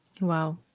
Wow